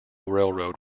railroad